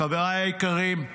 חבריי היקרים,